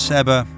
Seba